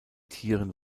tieren